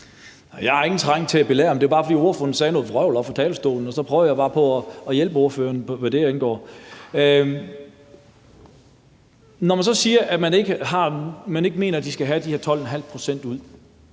jeg har ingen trang til at belære. Men det var bare, fordi ordføreren sagde noget vrøvl oppe fra talerstolen, og så prøver jeg på at hjælpe ordføreren, hvad det angår. Når man så siger, at man ikke mener, at de skal have de her 12,5 pct.